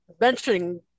mentioning